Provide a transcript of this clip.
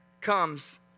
comes